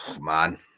Man